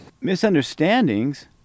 Misunderstandings